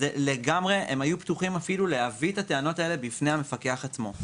הם היו פתוחים אפילו להביא את הטענות האלה בפני המפקח עצמו.